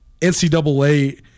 NCAA